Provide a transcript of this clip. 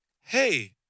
Hey